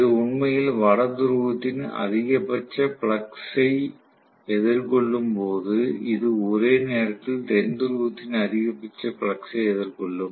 இது உண்மையில் வட துருவத்தின் அதிகபட்ச பிளக்ஸ் ஐ எதிர்கொள்ளும் போது இது ஒரே நேரத்தில் தென் துருவத்தின் அதிகபட்ச பிளக்ஸ் ஐ எதிர்கொள்ளும்